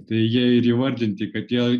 tai jie ir įvardinti kad jie